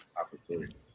opportunities